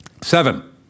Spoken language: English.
Seven